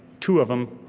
two of them,